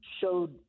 showed